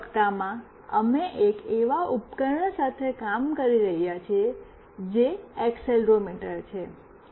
અંતિમ સપ્તાહમાં અમે એક એવા ઉપકરણ સાથે કામ કરી રહ્યા છીએ જે એક્સેલરોમીટર છે